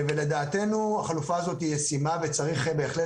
לדעתנו החלופה הזאת ישימה וצריך בהחלט